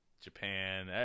Japan